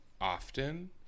often